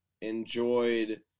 enjoyed